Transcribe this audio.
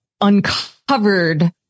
uncovered